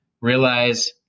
Realize